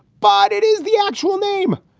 but it is the actual name.